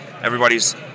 everybody's